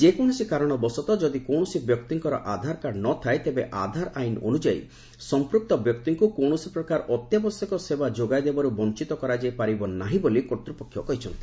ଯେକୌଣସି କାରଣବଶତଃ ଯଦି କୌଣସି ବ୍ୟକ୍ତିଙ୍କର ଆଧାର କାର୍ଡ଼ ନ ଥାଏ ତେବେ ଆଧାର ଆଇନ ଅନୁଯାୟୀ ସମ୍ପୁକ୍ତ ବ୍ୟକ୍ତିଙ୍କୁ କୌଣସି ପ୍ରକାର ଅତ୍ୟାବଶ୍ୟକ ସେବା ଯୋଗାଇ ଦେବାରୁ ବଞ୍ଚତ କରାଯାଇପାରିବ ନାହିଁ ବୋଲି କର୍ତ୍ତ୍ୟପକ୍ଷ କହିଚ୍ଚନ୍ତି